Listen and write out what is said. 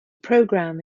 program